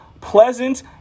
pleasant